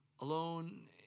alone